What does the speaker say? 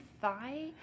thigh